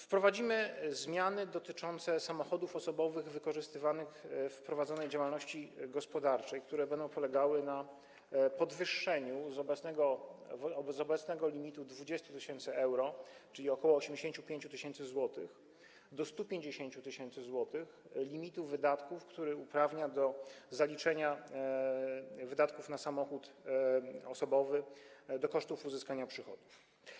Wprowadzimy zmiany dotyczące samochodów osobowych wykorzystywanych w prowadzonej działalności gospodarczej, które będą polegały na podwyższeniu z obecnych 20 tys. euro, czyli ok. 85 tys. zł, do 150 tys. zł limitu wydatków, który uprawnia do zaliczenia wydatków na samochód osobowy do kosztów uzyskania przychodów.